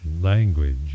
language